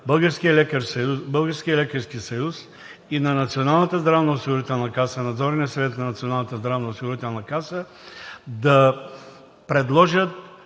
Българския лекарски съюз и на Националната здравноосигурителна каса – на Надзорния съвет на Националната здравноосигурителна каса да предложат